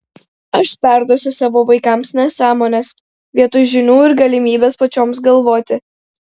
aš perduosiu savo vaikams nesąmones vietoj žinių ir galimybės pačioms galvoti